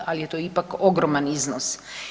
Ali je to ipak ogroman iznos.